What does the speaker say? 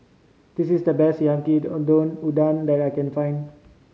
this is the best Yaki Udon that I can find